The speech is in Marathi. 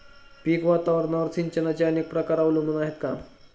पीक वातावरणावर सिंचनाचे अनेक प्रकार अवलंबून आहेत का?